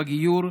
בגיור,